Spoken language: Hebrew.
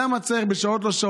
למה צריך בשעות-לא-שעות,